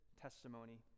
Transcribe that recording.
testimony